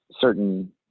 certain